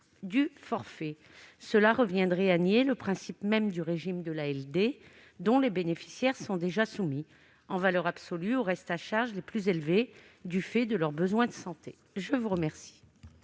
du forfait. Cela revient à nier le principe même du régime de l'ALD, dont les bénéficiaires sont déjà soumis, en valeur absolue, aux restes à charge les plus élevés du fait de leurs besoins de santé. Les deux